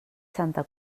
santa